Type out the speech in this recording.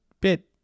bit